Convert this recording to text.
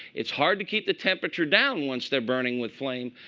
it's hard to keep the temperature down once they're burning with flame.